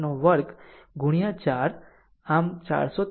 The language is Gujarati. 64 વર્ગ 4 આમ 453